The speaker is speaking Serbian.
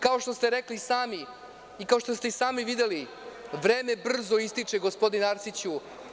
Kao što ste rekli sami, kao što ste i sami videli, vreme brzo ističe, gospodine Arsiću.